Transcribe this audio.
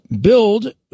build